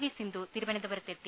V Sindhu തിരുവനന്തപുരത്തെത്തി